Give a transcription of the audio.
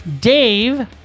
Dave